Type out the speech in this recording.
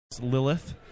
Lilith